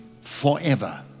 forever